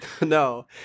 No